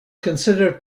considered